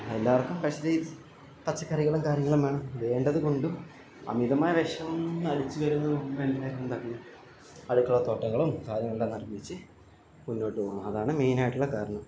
എല്ലാവർക്കും പച്ചക്കറികളും കാര്യങ്ങളും വേണം വേണ്ടത് കൊണ്ടും അമിതമായ വിഷം അടിച്ച് വരുന്നത് അടുക്കള തോട്ടങ്ങളും കാര്യങ്ങളെല്ലാം നിർമ്മിച്ച് മുന്നോട്ട് പോകും അതാണ് മെയിനായിട്ടുള്ള കാരണം